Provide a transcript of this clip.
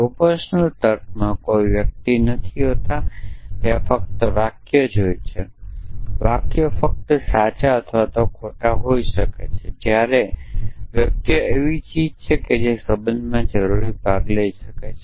proportional તર્કમાં કોઈ વ્યક્તિઓ નથી હોતા ત્યાં ફક્ત વાક્યો જ હોય છે વાક્યો ફક્ત સાચા કે ખોટા હોઈ શકે છે જ્યારે વ્યક્તિઓ એવી ચીજો હોય છે જે સંબંધમાં ભાગ લઈ શકે છે